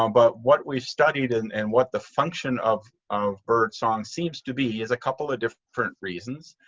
um but what we've studied and and what the function of of bird song seems to be is a couple of different reasons.